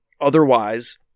otherwise